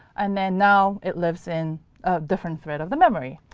and then, now, it lives in a different thread of the memory.